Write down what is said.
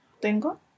¿Tengo